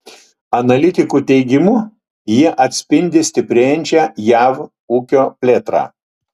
analitikų teigimu jie atspindi stiprėjančią jav ūkio plėtrą